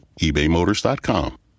ebaymotors.com